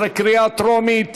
מסכימה לכל ההתניות.